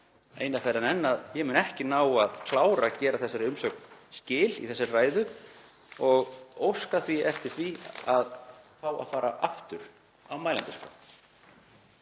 eina ferðina enn að ég mun ekki ná að klára að gera þessari umsögn skil í þessari ræðu og óska því eftir því að fá að fara aftur á mælendaskrá.